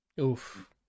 Oof